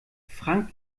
frank